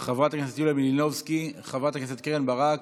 חברת הכנסת יוליה מלינובסקי, חברת הכנסת קרן ברק,